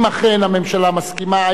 אם אכן הממשלה מסכימה,